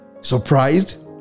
surprised